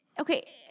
Okay